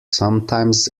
sometimes